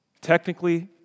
technically